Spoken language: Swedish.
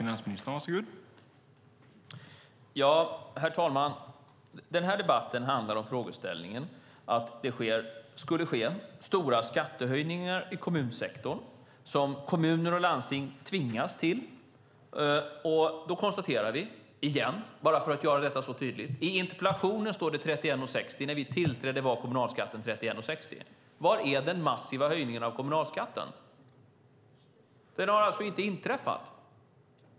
Herr talman! Den här debatten handlar om att det skulle ske stora skattehöjningar i kommunsektorn som kommuner och landsting tvingas till. Vi konstaterar igen, bara för att göra detta tydligt, att i interpellationen står det 31:60, och när vi tillträdde var kommunalskatten 31:60. Var är den massiva höjningen av kommunalskatten? Den har inte inträffat.